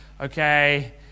okay